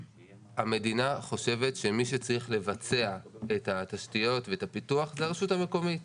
המדינה חושבת שמי שצריך לבצע את התשתיות ואת הפיתוח זה הרשות המקומית.